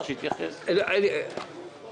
שיתייחס, זה הכי טוב.